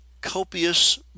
copious